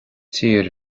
tír